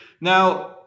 Now